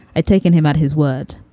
i'd taken him at his word.